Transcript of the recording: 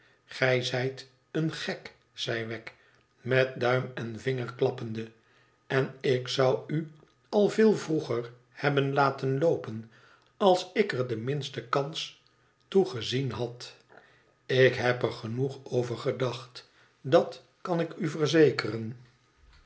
gij zijt een gek zei wegg met duim en vinger klappende en ik zou u al veel vroeger hebben laten loopen als ik er de minste kans toe gezien had ik heb er genoeg over gedacht dat kan ik u verzekeren